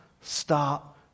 stop